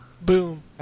Boom